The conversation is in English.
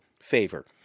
favor